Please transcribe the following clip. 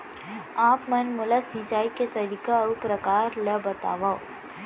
आप मन मोला सिंचाई के तरीका अऊ प्रकार ल बतावव?